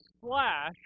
slash